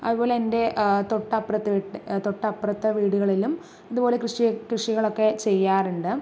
അതുപോലെ എൻ്റെ തൊട്ട് അപ്പുറത്തെ വീട്ടിലെ തൊട്ടപ്പുറത്തെ വീടുകളിലും ഇതുപോലെ കൃഷി കൃഷികളൊക്കെ ചെയ്യാറുണ്ട്